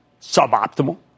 Suboptimal